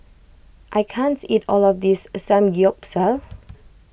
I can't eat all of this Samgyeopsal